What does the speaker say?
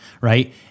Right